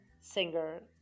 singer